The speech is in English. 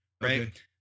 right